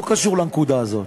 לא קשור לנקודה הזאת,